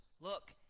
look